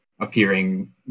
appearing